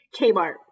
Kmart